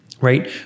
Right